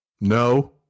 No